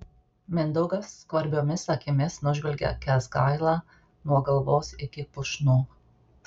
mindaugas skvarbiomis akimis nužvelgia kęsgailą nuo galvos iki pušnų